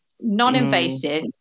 non-invasive